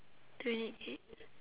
twenty eight